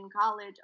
college